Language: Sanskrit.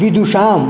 विदुषां